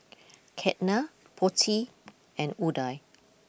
Ketna Potti and Udai